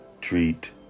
treat